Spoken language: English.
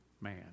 man